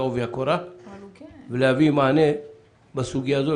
לעובי הקורה ולהביא מענה בסוגיה הזו,